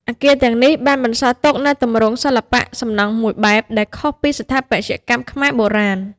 អគារទាំងនេះបានបន្សល់ទុកនូវទម្រង់សិល្បៈសំណង់មួយបែបដែលខុសពីស្ថាបត្យកម្មខ្មែរបុរាណ។